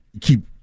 keep